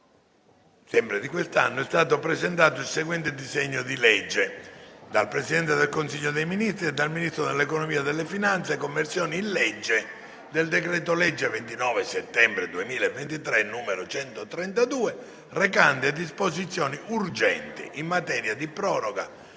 settembre 2023 è stato presentato il seguente disegno di legge: *dal Presidente del Consiglio dei ministri e dal Ministro dell'economia e delle finanze* «Conversione in legge del decreto-legge 29 settembre 2023, n. 132, recante disposizioni urgenti in materia di proroga